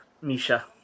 Misha